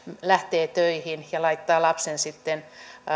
lähtee töihin ja laittaa lapsen sitten